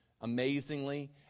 amazingly